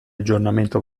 aggiornamento